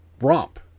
romp